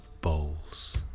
bowls